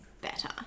better